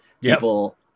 people